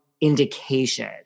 indication